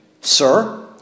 Sir